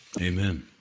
Amen